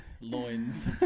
loins